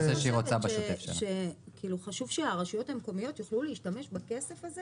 אני פשוט חושבת שחשוב שהרשויות המקומיות יוכלו להשתמש בכסף הזה